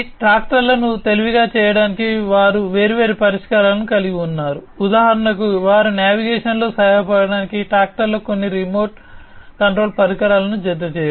ట్రాక్టర్లను తెలివిగా చేయడానికి వారు వేర్వేరు పరిష్కారాలను కలిగి ఉన్నారు ఉదాహరణకు వారి నావిగేషన్లో సహాయపడటానికి ట్రాక్టర్లకు కొన్ని రకాల రిమోట్ కంట్రోల్ పరికరాలను జతచేయడం